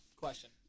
Question